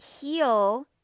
heal